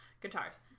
Guitars